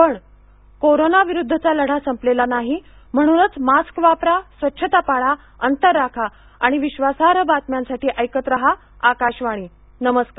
पण कोरोना विरुद्धचा लढा संपलेला नाही म्हणूनच मास्क वापरा स्वच्छता पाळा अंतर राखा आणि विश्वासार्ह बातम्यांसाठी ऐकत राहा आकाशवाणी नमस्कार